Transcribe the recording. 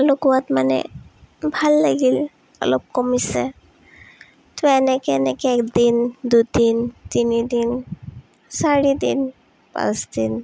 লগোৱাত মানে ভাল লাগিল অলপ কমিছে ত' এনেকৈ এনেকৈ একদিন দুদিন তিনিদিন চাৰিদিন পাঁচদিন